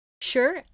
Sure